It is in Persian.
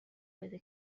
بده